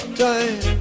time